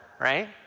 right